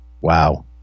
Wow